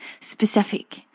specific